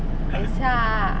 等一下阿